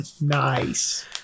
Nice